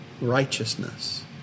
righteousness